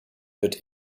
wird